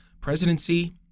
presidency